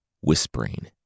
whispering